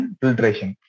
filtration